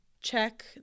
check